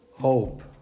hope